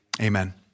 amen